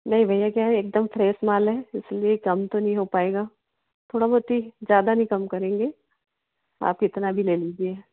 नहीं भैया क्या है एकदम फ्रेस माल है इसीलिए कम तो नहीं हो पाएगा थोड़ा बहुत ही ज़्यादा नहीं कम करेंगे आप इतना भी ले लीजिए